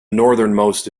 northernmost